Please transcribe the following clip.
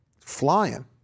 Flying